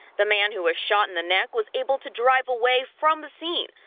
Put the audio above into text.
the man who was shot in the neck was able to drive away from the scene.